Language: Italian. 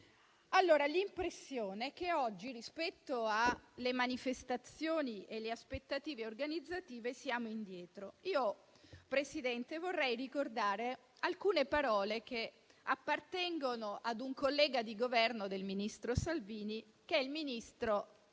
elettorale. L'impressione è che oggi, rispetto alle manifestazioni e alle aspettative organizzative, siamo indietro. Io, Presidente, vorrei ricordare le parole che appartengono a un collega di Governo del ministro Salvini, che è il ministro